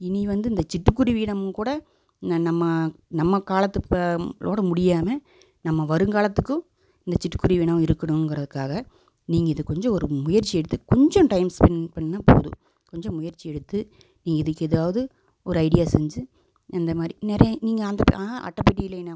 இனி வந்து இந்த சிட்டு குருவி இனம் கூட நம்ம நம்ம காலத்தோடு முடியாமல் நம்ம வருங்காலத்துக்கும் இந்த சிட்டு குருவி இனம் இருக்கணுங்கறதுக்காக நீங்கள் இது கொஞ்சம் ஒரு முயற்சி எடுத்து கொஞ்சம் டைம் ஸ்பென்ட் பண்ணிணா போதும் கொஞ்சம் முயற்சி எடுத்து நீங்கள் இதுக்கு எதாவது ஒரு ஐடியா செஞ்சி இந்த மாதிரி நிறைய நீங்கள் அந்த அட்டைப்பெட்டி இல்லைனா கூட